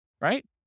right